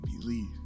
believe